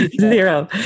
Zero